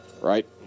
Right